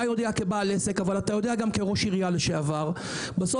אתה יודע כבעל עסק ואתה יודע את זה גם כראש עירייה לשעבר שבסוף,